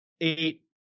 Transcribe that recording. eight